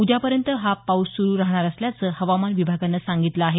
उद्यापर्यंत हा पाऊस सुरू रहाणार असल्याचं हवामान विभागानं सांगितलं आहे